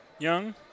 Young